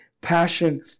passion